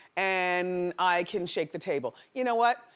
and i can shake the table. you know what?